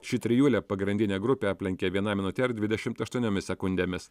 ši trijulė pagrindinę grupę aplenkė viena minute ir dvidešimt aštuoniomis sekundėmis